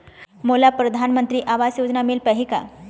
मोला परधानमंतरी आवास योजना मिल पाही का?